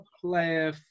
player